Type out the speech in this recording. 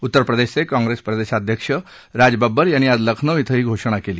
उतरप्रदेशचे काँग्रेसप्रदेशाध्यक्ष राज बब्बर यांनी आज लखनौ इथं ही घोषणा केली